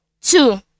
two